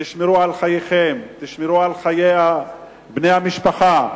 תשמרו על חייכם, תשמרו על חיי בני המשפחה.